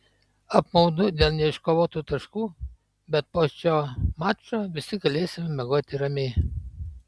apmaudu dėl neiškovotų taškų bet po šio mačo visi galėsime miegoti ramiai